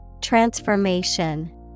Transformation